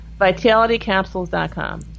Vitalitycapsules.com